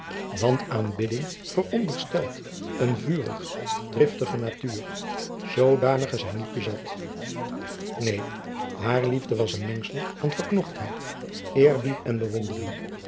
want aanbidding veronderstelt een vurige driftige natuur hoedanige zy niet bezat neen haar liefde was een mengsel van verknochtheid eerbied en bewondering